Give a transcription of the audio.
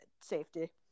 safety